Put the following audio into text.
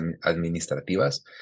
administrativas